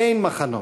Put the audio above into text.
אין מחנות,